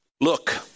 Look